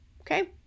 Okay